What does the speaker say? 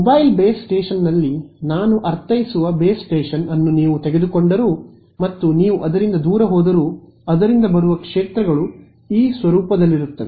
mobile base ಸ್ಟೇಷನ್ನಲ್ಲಿ ನಾನು ಅರ್ಥೈಸುವ ಬೇಸ್ ಸ್ಟೇಷನ್ ಅನ್ನು ನೀವು ತೆಗೆದುಕೊಂಡರೂ ಮತ್ತು ನೀವು ಅದರಿಂದ ದೂರ ಹೋದರೂ ಅದರಿಂದ ಬರುವ ಕ್ಷೇತ್ರಗಳು ಈ ಸ್ವರೂಪದಲ್ಲಿರುತ್ತವೆ